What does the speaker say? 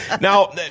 Now